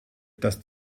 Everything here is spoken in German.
dass